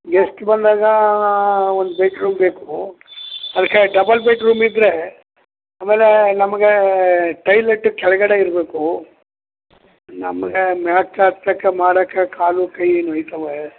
guest ಬಂದಾಗ ಒಂದು bed room ಬೇಕು ಅದಕ್ಕೆ ಡಬಲ್ ಬೆಡ್ ರೂಮ್ ಇದ್ದರೆ ಆಮೇಲೆ ನಮಗೆ ಟೈಲೆಟ್ಟು ಕೆಳಗಡೆ ಇರಬೇಕು ನಮಗೆ ಮ್ಯಾಕೆ ಹತ್ತಕ್ಕೆ ಮಾಡಕ್ಕೆ ಕಾಲು ಕೈ ನೋಯ್ತವೆ